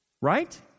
right